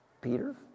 Peter